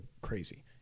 crazy